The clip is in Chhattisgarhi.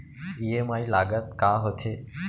ई.एम.आई लागत का होथे?